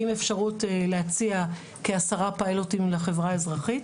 עם אפשרות להציע כעשרה פיילוטים לחברה האזרחית.